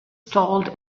stalled